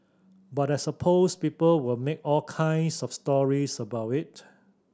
but I suppose people will make all kinds of stories about it